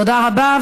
תודה רבה.